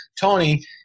Tony